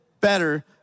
better